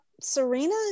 serena